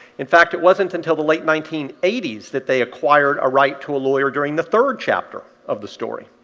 in fact, it wasn't until the late nineteen eighty s that they acquired a right to a lawyer during the third chapter of the story.